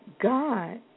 God